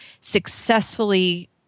successfully